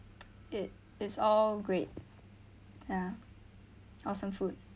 it it's all great yeah awesome food